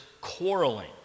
quarreling